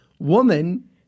Woman